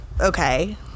okay